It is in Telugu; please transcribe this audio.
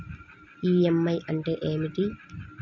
ఈ.ఎం.ఐ అంటే ఏమిటి?